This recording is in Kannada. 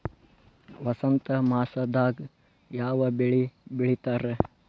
ವಸಂತ ಮಾಸದಾಗ್ ಯಾವ ಬೆಳಿ ಬೆಳಿತಾರ?